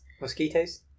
Mosquitoes